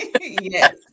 Yes